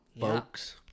folks